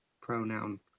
pronoun